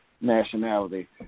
nationality